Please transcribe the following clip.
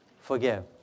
forgive